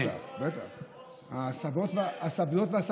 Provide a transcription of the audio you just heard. אתה לא היית פה לפני איזה שבע דקות.